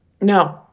no